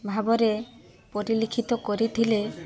ଭାବରେ ପରିଲିକ୍ଷିତ କରିଥିଲେ